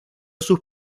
sus